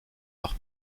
leur